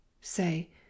Say